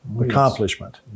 accomplishment